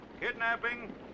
kidnapping